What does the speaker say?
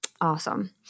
awesome